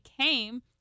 came